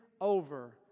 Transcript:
over